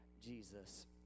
Jesus